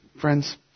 friends